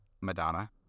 Madonna